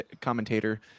commentator